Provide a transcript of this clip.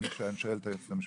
שואל את היועצת המשפטית.